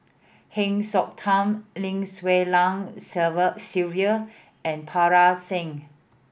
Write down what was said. Heng Siok Tian Lim Swee Lian Sylvia and Parga Singh